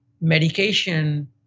medication